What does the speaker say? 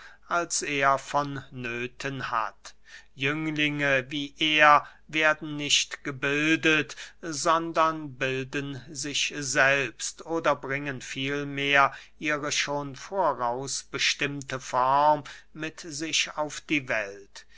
als er vonnöthen hat jünglinge wie er werden nicht gebildet sondern bilden sich selbst oder bringen vielmehr ihre schon voraus bestimmte form mit sich auf die welt